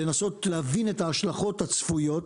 לנסות להבין את ההשלכות הצפויות.